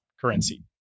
currency